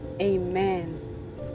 Amen